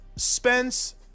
Spence